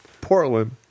Portland